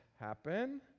happen